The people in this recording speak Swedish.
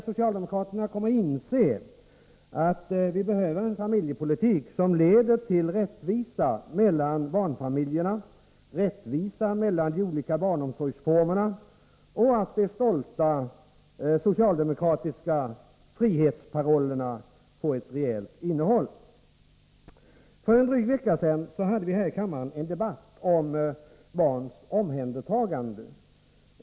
Socialdemokraterna kommer kanske att inse att vi behöver en familjepolitik som leder till rättvisa mellan barnfamiljerna och rättvisa mellan de olika barnomsorgsformerna — så att de stolta socialdemokratiska frihetsparollerna får ett reellt innehåll. För en dryg vecka sedan hade vi här i kammaren en debatt om barns omhändertagande.